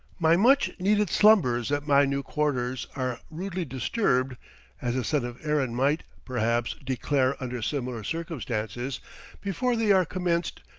my much-needed slumbers at my new quarters are rudely disturbed as a son of erin might, perhaps, declare under similar circumstances before they are commenced,